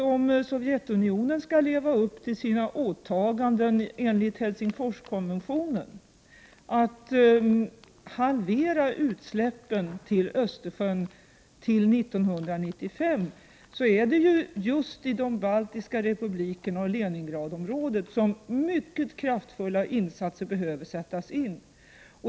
Om Sovjetunionen skall fullgöra sina åtaganden enligt Helsingforskonventionen, att halvera utsläppen i Östersjön till 1995, så är det just i de baltiska republikerna och i Leningradområdet som mycket kraftfulla insatser behöver sättas in.